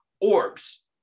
orbs